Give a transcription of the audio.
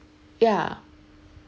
ya